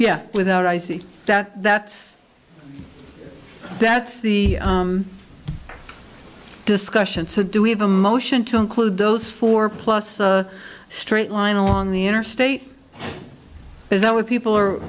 yeah without i see that that's that's the discussion so do we have a motion to include those four plus a straight line along the interstate is that what people are